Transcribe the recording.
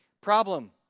Problem